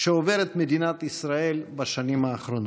שעוברת מדינת ישראל בשנים האחרונות.